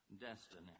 destiny